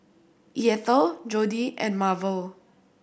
Eathel Jodi and Marvel